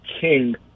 king